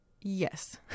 Yes